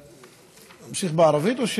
להמשיך בערבית או,